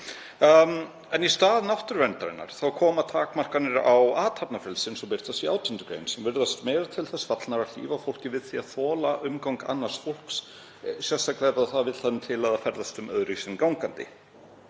En í stað náttúruverndar koma takmarkanir á athafnafrelsi eins og birtast í 18. gr. sem virðast meira til þess fallnar að hlífa fólki við því að þola umgang annars fólks, sérstaklega ef það vill þannig til að það ferðast um öðruvísi en gangandi.